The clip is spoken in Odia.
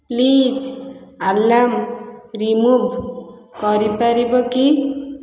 ପ୍ଳିଜ୍ ଆଲାର୍ମ ରିମୁଭ୍ କରିପାରିବ କି